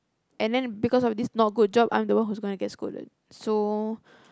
and then because of this not good job I'm the one who's gona get scolded so